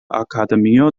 akademio